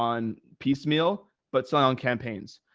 on piecemeal, but selling on campaigns.